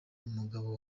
umugabo